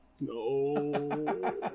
No